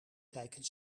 kijken